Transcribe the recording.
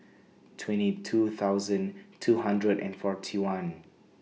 twenty two thousand two hundred and forty one